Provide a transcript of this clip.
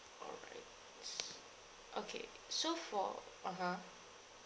all right okay so for (uh huh)